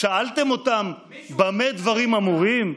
שאלתם אותם במה דברים אמורים?